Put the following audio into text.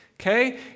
okay